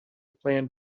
plan